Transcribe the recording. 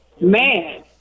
man